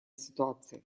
ситуации